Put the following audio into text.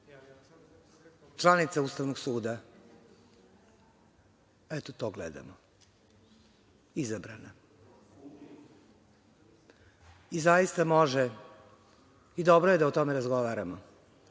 Članica Ustavnog suda, eto to gledamo, izabrana. Zaista može i dobro je da o tome razgovaramo,